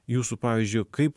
jūsų pavyzdžiui kaip